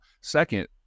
second